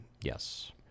Yes